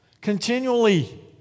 continually